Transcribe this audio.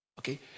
Okay